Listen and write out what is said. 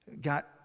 got